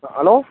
a hello